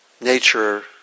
nature